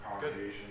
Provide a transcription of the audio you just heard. Good